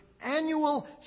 annual